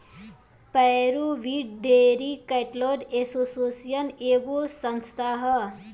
pure breed dairy cattle association एगो संस्था ह